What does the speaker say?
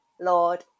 Lord